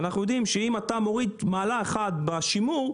אנחנו יודעים שאם אתה מוריד מעלה אחת בשימור,